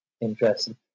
interesting